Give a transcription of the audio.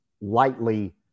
lightly